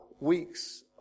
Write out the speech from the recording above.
weeks